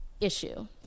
issue